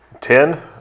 Ten